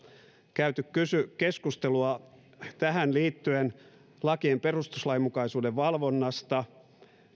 käyty keskustelua tähän kokonaisuuteen liittyen lakien perustuslainmukaisuuden valvonnasta